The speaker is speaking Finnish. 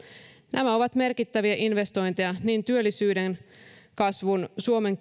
nämä ovat merkittäviä investointeja niin työllisyyden kasvua suomen